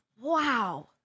wow